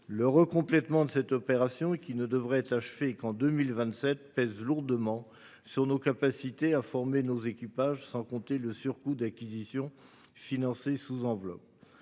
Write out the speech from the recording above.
Le recomplètement de cette opération, qui ne devrait être achevé qu’en 2027, pèse lourdement sur nos capacités à former nos équipages, sans compter le surcoût d’acquisitions financé sous enveloppe.